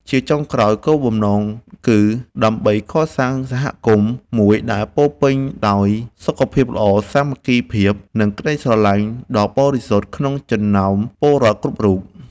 ជាចុងក្រោយ គោលបំណងគឺដើម្បីកសាងសហគមន៍មួយដែលពោរពេញដោយសុខភាពល្អ សាមគ្គីភាព និងក្ដីស្រឡាញ់ដ៏បរិសុទ្ធក្នុងចំណោមពលរដ្ឋគ្រប់រូប។